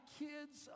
kids